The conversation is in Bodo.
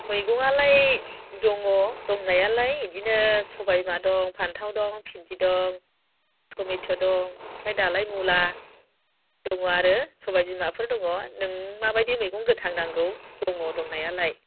मैगङालाय दङ दंनायालाय बिदिनो सबाय बिमा दं फान्थाव दं भिन्दि दं टमेट' दं ओमफ्राय दालाय मुला दं आरो सबाय बिमाफोर दङ नों माबायदि मैगं गोथां नांगौ दङ दंनायालाय